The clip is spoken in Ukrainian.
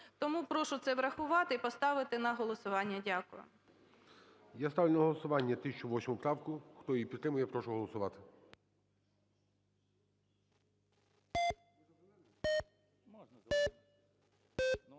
Тому прошу це врахувати і поставити на голосування. Дякую.